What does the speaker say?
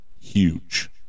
huge